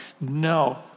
No